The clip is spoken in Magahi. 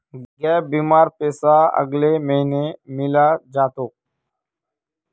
गैप बीमार पैसा अगले महीने मिले जा तोक